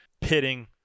pitting